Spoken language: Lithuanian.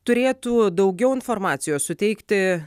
turėtų daugiau informacijos suteikti